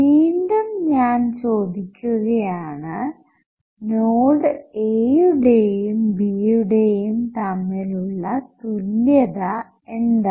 വീണ്ടും ഞാൻ ചോദിക്കുകയാണ് നോഡ് A യുടെയും B യുടെയും തമ്മിലുള്ള തുല്യത എന്താണ്